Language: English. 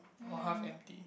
or half empty